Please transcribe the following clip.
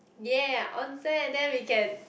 yeah onsen then we can